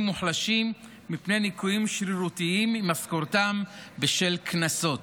מוחלשים מפני ניכויים שרירותיים ממשכורתם בשל קנסות,